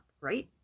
right